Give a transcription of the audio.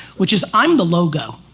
which is, i'm to logo.